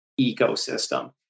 ecosystem